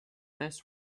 this